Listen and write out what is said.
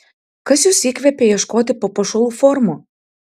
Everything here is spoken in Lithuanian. kas jus įkvepia ieškoti papuošalų formų